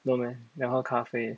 no meh 要喝咖啡